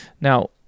Now